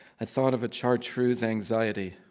i thought of a chartreuse anxiety.